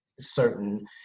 certain